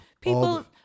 People